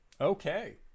Okay